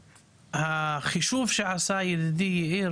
החישוב שעשה ידידי יאיר